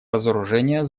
разоружения